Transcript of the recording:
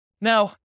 Now